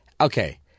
Okay